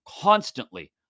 constantly